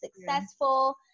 successful